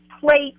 plate